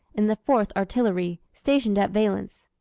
in the fourth artillery, stationed at valence.